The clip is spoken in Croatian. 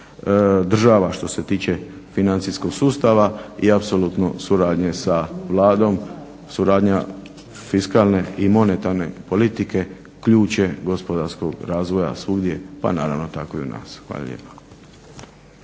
država što se tiče financijskog sustava i apsolutne suradnje sa Vladom, suradnja fiskalne i monetarne politike ključ je gospodarskog razvoja svugdje, pa naravno tako i u nas. Hvala lijepa.